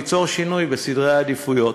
ליצור שינוי בסדרי העדיפויות.